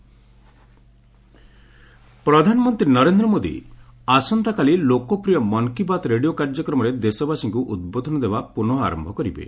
PM Mann Ki Baat ପ୍ରଧାନମନ୍ତ୍ରୀ ନରେନ୍ଦ୍ର ମୋଦି ଆସନ୍ତାକାଲି ଲୋକପ୍ରିୟ ମନ୍ କୀ ବାତ୍ ରେଡ଼ିଓ କାର୍ଯ୍ୟକ୍ରମରେ ଦେଶବାସୀଙ୍କୁ ଉଦ୍ବୋଧନ ଦେବା ପୁନଃ ଆରମ୍ଭ କରିବେ